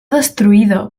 destruïda